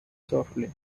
softly